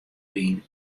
wyn